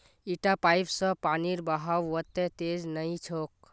इटा पाइप स पानीर बहाव वत्ते तेज नइ छोक